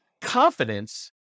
confidence